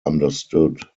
understood